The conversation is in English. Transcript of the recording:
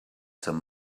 some